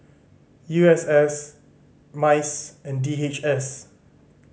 U S S MICE and D H S